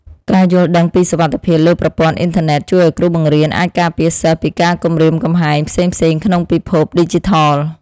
ការយល់ដឹងពីសុវត្ថិភាពលើប្រព័ន្ធអ៊ីនធឺណិតជួយឱ្យគ្រូបង្រៀនអាចការពារសិស្សពីការគំរាមកំហែងផ្សេងៗក្នុងពិភពឌីជីថល។